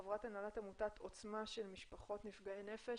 חברת הנהלת עמותת עוצמה של משפחות נפגעי נפש.